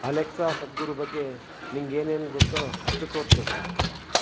Alexa Sadhguru ಬಗ್ಗೆ ನಿಂಗೇನೇನು ಗೊತ್ತೋ ಅಷ್ಟೂ ತೋರಿಸು